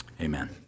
amen